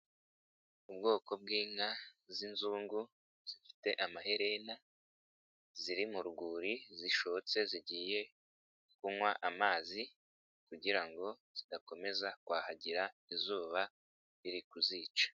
Ubwoko bw'inka z'inzungu zifite amaherena, ziri mu rwuri zishotse zigiye kunywa amazi, kugira ngo zidakomeza kwahagira izuba riri kuzica.